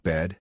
Bed